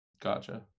Gotcha